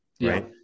right